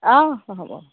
অঁ হ'ব